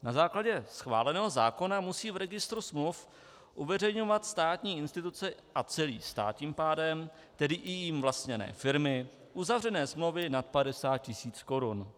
Na základě schváleného zákona musí v registru smluv uveřejňovat státní instituce, a tím pádem celý stát, tedy i jím vlastněné firmy, uzavřené smlouvy nad 50 tisíc korun.